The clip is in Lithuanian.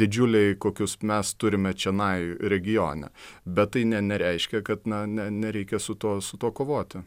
didžiuliai kokius mes turime čionai regione bet tai ne nereiškia kad na ne nereikia su tuo su tuo kovoti